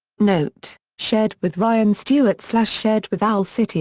note shared with ryan stewart so shared with owl city